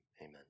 Amen